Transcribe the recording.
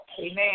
Amen